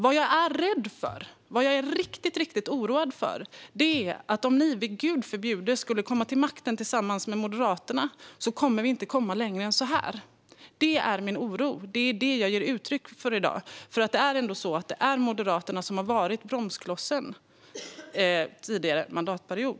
Vad jag är rädd och riktigt oroad för är att om ni, gud förbjude, skulle komma till makten tillsammans med Moderaterna kommer vi inte att komma längre än så här. Det är min oro. Det är vad jag ger uttryck för i dag. Det är ändå så att det är Moderaterna som har varit bromsklossen tidigare mandatperiod.